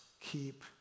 keep